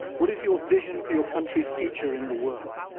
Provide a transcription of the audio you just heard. what is your vision for your country's future in the world?